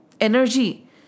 energy